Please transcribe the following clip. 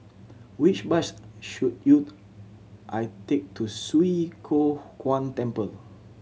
which bus should you I take to Swee Kow Kuan Temple